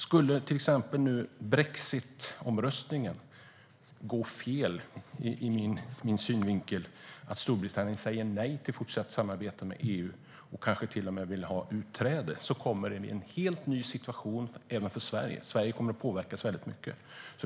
Skulle till exempel brexitomröstningen gå fel - ur min synvinkel - så att Storbritannien säger nej till fortsatt samarbete med EU och kanske till och med vill ha utträde blir det en helt ny situation även för Sverige. Sverige kommer att påverkas väldigt mycket.